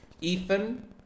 Ethan